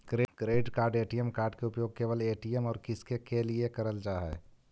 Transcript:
Credit card ATM card के उपयोग केवल ए.टी.एम और किसके के लिए करल जा है?